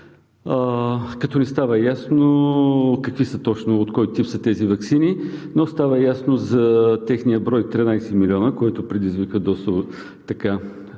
Като не става ясно какви са точно, от кой тип са тези ваксини, но става ясно за техния брой – 13 милиона, което предизвика доста